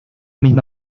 misma